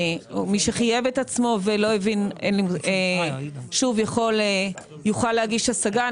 מי שחייב את עצמו ולא הבין יוכל להגיש השגה.